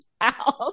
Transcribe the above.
house